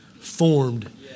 formed